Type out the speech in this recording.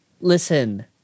Listen